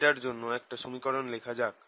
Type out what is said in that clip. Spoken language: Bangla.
এটার জন্য একটা সমীকরণ লেখা যাক